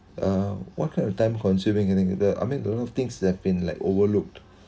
um what kind of time consuming I think the I mean those things they've been like overlooked